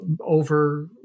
over